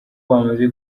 bamaze